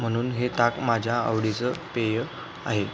म्हणून हे ताक माझ्या आवडीचं पेय आहे